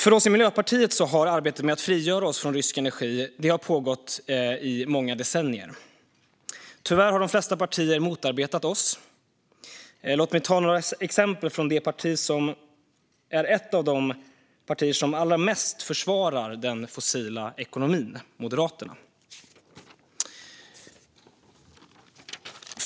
För oss i Miljöpartiet har arbetet med att frigöra oss från rysk energi pågått i många decennier. Tyvärr har de flesta partier motarbetat oss. Låt mig ta några exempel från ett parti som tillhör dem som allra mest försvarar den fossila ekonomin, nämligen Moderaterna.